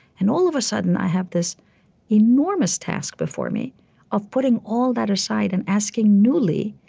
and all of a sudden, i have this enormous task before me of putting all that aside and asking newly,